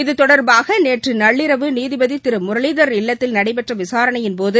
இது தொடர்பாக நேற்று நள்ளிரவு நீதிபதி திரு முரளிதர் இல்லத்தில் நடைபெற்ற விசாரணையின்போது